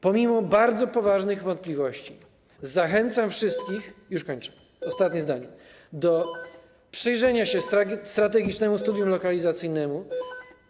Pomimo bardzo poważnych wątpliwości, zachęcam wszystkich - już kończę, ostatnie zdanie - do przyjrzenia się strategicznemu studium lokalizacyjnemu.